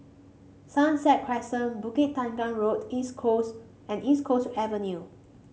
Sunset Crescent Bukit Tunggal Road East Coast and East Coast Avenue